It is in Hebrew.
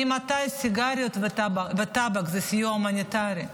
ממתי סיגריות וטבק זה סיוע הומניטרי?